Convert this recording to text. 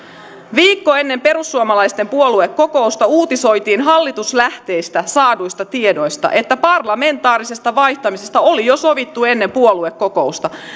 viikko ennen perussuomalaisten puoluekokousta uutisoitiin hallituslähteistä saaduista tiedoista että parlamentaarisesta vaihtamisesta oli jo sovittu ennen puoluekokousta